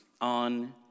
on